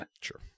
sure